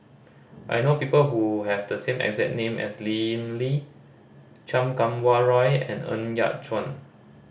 I know people who have the same exact name as Lim Lee Chan Kum Wah Roy and Ng Yat Chuan